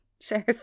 Shares